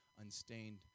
unstained